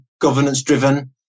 governance-driven